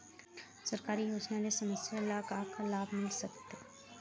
सरकारी योजना ले समस्या ल का का लाभ मिल सकते?